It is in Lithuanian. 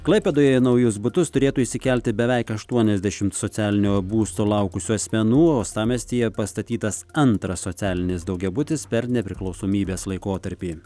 klaipėdoje į naujus butus turėtų įsikelti beveik aštuoniasdešim socialinio būsto laukusių asmenų uostamiestyje pastatytas antras socialinis daugiabutis per nepriklausomybės laikotarpį